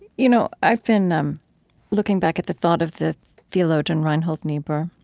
you know i've been um looking back at the thought of the theologian reinhold niebuhr,